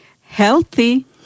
healthy